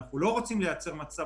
אנחנו לא רוצים חלילה